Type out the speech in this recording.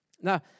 Now